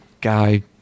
guy